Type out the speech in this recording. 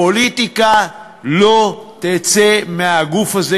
הפוליטיקה לא תצא מהגוף הזה,